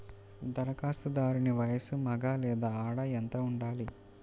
ధరఖాస్తుదారుని వయస్సు మగ లేదా ఆడ ఎంత ఉండాలి?